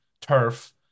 turf